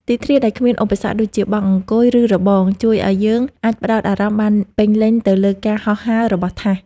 ទីធ្លាដែលគ្មានឧបសគ្គដូចជាបង់អង្គុយ ឬរបងជួយឱ្យយើងអាចផ្ដោតអារម្មណ៍បានពេញលេញទៅលើការហោះហើររបស់ថាស។